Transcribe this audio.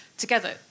Together